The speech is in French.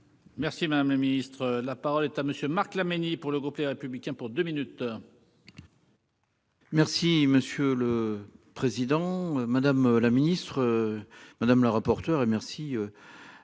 Merci madame le Ministre, la parole est à monsieur Marc Laménie pour le groupe Les Républicains pour 2 minutes. Merci monsieur le président, madame la ministre. Madame la rapporteure et merci.